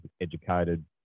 educated